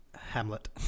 Hamlet